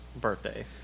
birthday